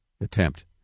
attempt